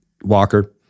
Walker